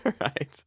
right